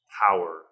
power